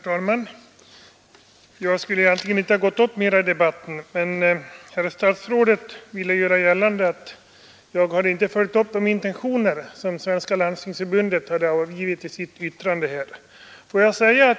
Herr talman! Jag skulle egentligen inte ha gått upp mera i debatten. Men herr statsrådet ville göra gällande att jag inte hade följt upp de intentioner som Svenska landstingsförbundet hade angivit i sitt yttrande här.